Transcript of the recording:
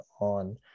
on